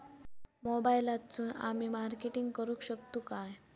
मोबाईलातसून आमी मार्केटिंग करूक शकतू काय?